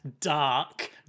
Dark